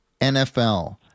NFL